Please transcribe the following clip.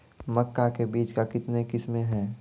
मक्का के बीज का कितने किसमें हैं?